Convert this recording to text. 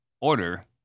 order